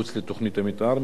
מדובר גם בבתים שהם